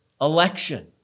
election